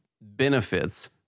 benefits